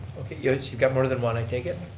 okay, yes you've got more than one i take it?